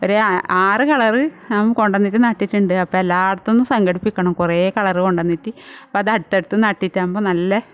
ഒരു ആറ് കളർ ആകുമ്പോൾ കൊണ്ട് വന്നിട്ട് നട്ടിട്ടുണ്ട് അപ്പം എല്ലായിടത്തുനിന്ന് സംഘടിപ്പിക്കണം കുറേ കളർ കൊണ്ടുവന്നിട്ട് അപ്പം അത് അടുത്തടുത്ത് നട്ടിട്ടാകുമ്പോൾ നല്ല